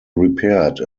repaired